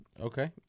Okay